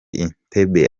entebbe